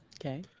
okay